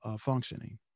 functioning